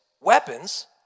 weapons